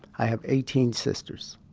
i have eighteen sisters.